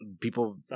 people